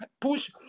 push